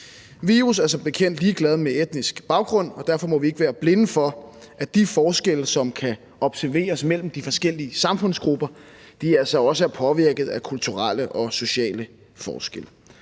Virus er som bekendt ligeglad med etnisk baggrund, og derfor må vi ikke være blinde for, at de forskelle, som kan observeres mellem de forskellige samfundsgrupper, altså også er påvirket af kulturelle og sociale forskelle,